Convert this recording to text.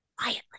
Quietly